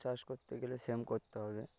চাষ করতে গেলে সেম করতে হবে